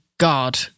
God